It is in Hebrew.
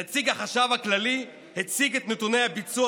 נציג החשב הכללי הציג את נתוני הביצוע